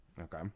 Okay